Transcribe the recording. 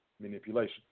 manipulation